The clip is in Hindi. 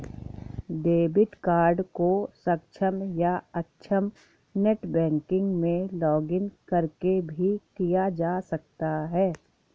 डेबिट कार्ड को सक्षम या अक्षम नेट बैंकिंग में लॉगिंन करके भी किया जा सकता है